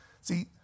See